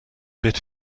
bit